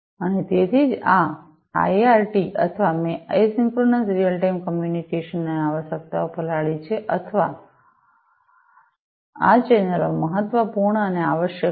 અને તેથી જ આ આઈઆરટી અથવા મેં આઇસોક્રોનસ રીઅલ ટાઇમ કમ્યુનિકેશન આવશ્યકતાઓ પલાળી છે અથવા આ ચેનલો મહત્વપૂર્ણ અને આવશ્યક છે